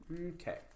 Okay